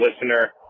listener